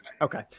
Okay